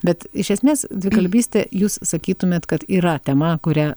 bet iš esmės dvikalbystė jūs sakytumėt kad yra tema kuria